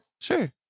Sure